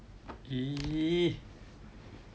!ee!